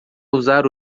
usar